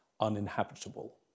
uninhabitable